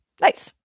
nice